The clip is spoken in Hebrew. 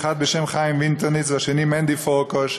אחד בשם חיים וינטרניץ והשני מנדי פורקוש.